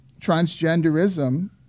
transgenderism